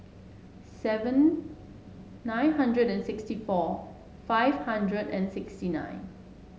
seven nine hundred and sixty four five hundred and sixty nine